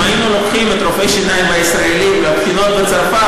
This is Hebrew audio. אם היינו לוקחים את רופאי השיניים הישראלים לבחינות בצרפת,